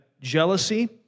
jealousy